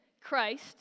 Christ